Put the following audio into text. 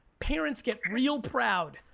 parents get real proud